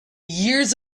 years